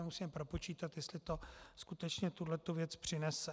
Musíme propočítat, jestli to skutečně tuhletu věc přinese.